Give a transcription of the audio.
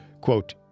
quote